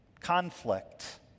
Conflict